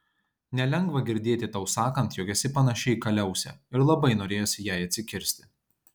nelengva girdėti tau sakant jog esi panaši į kaliausę ir labai norėjosi jai atsikirsti